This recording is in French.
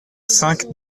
cinq